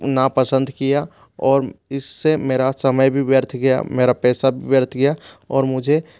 नापसंद किया और इससे मेरा समय भी व्यर्थ गया मेरा पैसा भी व्यर्थ गया और मुझे